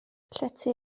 llety